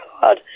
God